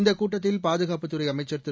இந்தக் கூட்டத்தில் பாதுகாப்புத் துறை அமைச்சர் திரு